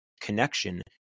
connection